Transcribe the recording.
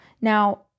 Now